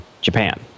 japan